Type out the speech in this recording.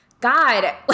God